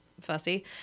fussy